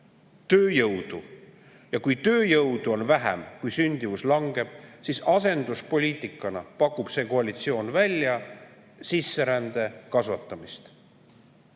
tööjõudu. Ja kui tööjõudu on vähem, kui sündimus langeb, siis asenduspoliitikana pakub see koalitsioon välja sisserände kasvatamist.